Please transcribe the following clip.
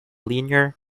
linear